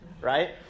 right